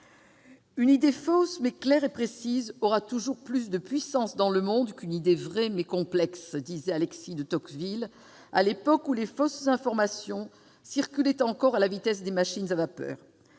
« Une idée fausse, mais claire et précise, aura toujours plus de puissance dans le monde qu'une idée vraie, mais complexe », disait Alexis de Tocqueville, à l'époque où les fausses informations circulaient encore à la vitesse des machines à vapeur.